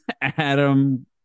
Adam